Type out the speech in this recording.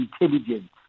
intelligence